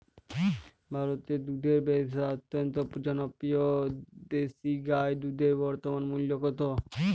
ভারতে দুধের ব্যাবসা অত্যন্ত জনপ্রিয় দেশি গাই দুধের বর্তমান মূল্য কত?